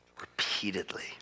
repeatedly